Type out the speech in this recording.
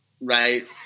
right